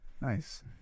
Nice